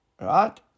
Right